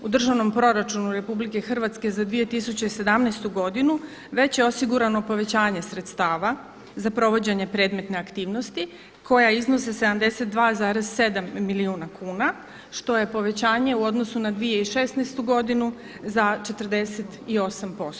U Državnom proračunu RH za 2017. godinu već je osigurano povećanje sredstava za provođenje predmetne aktivnosti koja iznosi 72,7 milijuna kuna što je povećanje u odnosu na 2016. za 48%